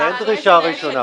אבל אין דרישה ראשונה.